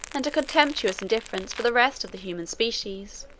and a contemptuous indifference for the rest of the human species.